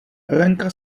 lenka